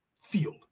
field